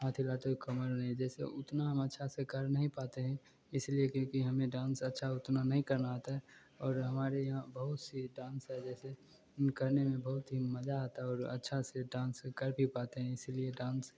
हाथ हिलाते हुए कमर नहीं जैसे उतना हम अच्छा से कर नहीं पाते हैं इसलिए क्योंकि हमें डांस अच्छा उतना नहीं करना आता है और हमारे यहाँ बहुत सी डांस है जैसे करने में बहुत मज़ा आता है और अच्छे से डांस कर भी पाते हैं इसलिए डांस